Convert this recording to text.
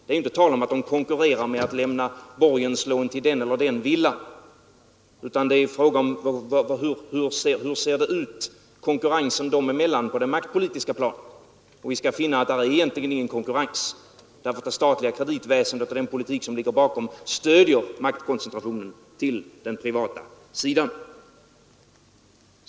Det är inte tal om att de konkurrerar genom att lämna borgenslån till den eller den villan, utan det är fråga om hur konkurrensen dem emellan ser ut på det maktpolitiska planet. Vi skall då finna att det egentligen inte är någon konkurrens alls, därför att det statliga kreditväsendet och den politik som ligger bakom det stödjer maktkoncentrationen till den privata sidan.